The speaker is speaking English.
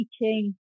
teaching